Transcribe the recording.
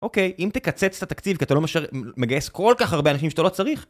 אוקיי, אם תקצץ את התקציב, כי אתה לא מגייס כל כך הרבה אנשים שאתה לא צריך...